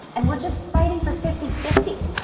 and we're just fighting for fifty fifty.